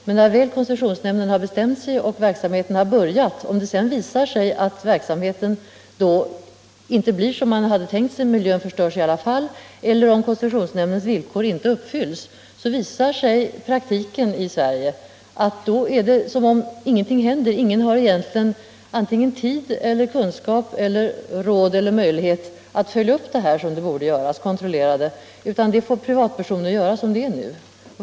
Men när koncessionsnämnden väl har bestämt sig och verksamheten börjat och det då visar sig att verksamheten inte blir som man hade tänkt sig — att miljön förstörs eller koncessionsnämndens villkor inte uppfylls — så visar erfarenheterna på detta område i Sverige att ingenting händer. Ingen har egentligen tid, kunskap, råd eller möjlighet att följa upp frågan och kontrollera verksamheten så som borde göras — utan det får i stället privatpersoner göra som det är nu.